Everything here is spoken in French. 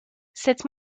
cette